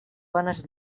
bones